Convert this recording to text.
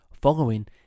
following